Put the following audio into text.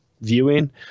viewing